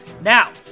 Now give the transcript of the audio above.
Now